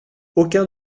aucun